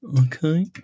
Okay